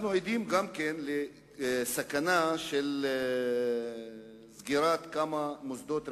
אנחנו עדים גם לסכנה של סגירת כמה מוסדות רפואיים.